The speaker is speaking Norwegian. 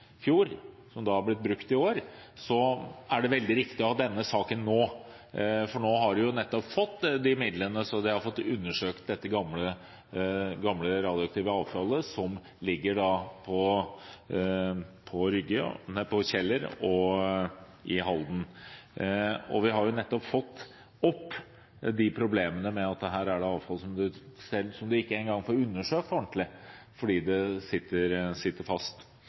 fjor, og som da ble brukt i år, er det veldig viktig å ha denne saken nå, for nå har man fått de midlene, så man har fått undersøkt dette gamle radioaktive avfallet som ligger på Kjeller og i Halden. Vi har fått opp de problemene med at her er det avfall som man ikke engang får undersøkt ordentlig, fordi det sitter fast.